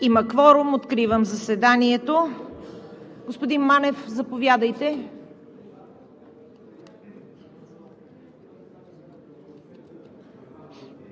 Има кворум. Откривам заседанието. Господин Манев, заповядайте